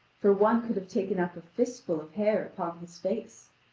for one could have taken up a fist full of hair upon his face.